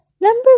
Number